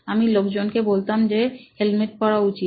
আমি লোকজন কে বলতাম যে হেলমেট পড়া উচিত